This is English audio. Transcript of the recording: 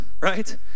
right